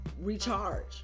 recharge